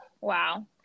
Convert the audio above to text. Wow